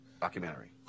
documentary